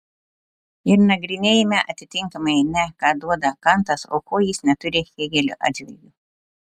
ir nagrinėjame atitinkamai ne ką duoda kantas o ko jis neturi hėgelio atžvilgiu